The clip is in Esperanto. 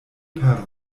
per